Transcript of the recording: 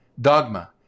dogma